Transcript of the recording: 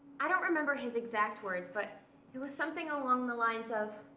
i don't remember his exact words, but it was something along the lines of,